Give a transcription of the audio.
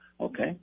okay